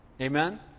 Amen